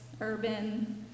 urban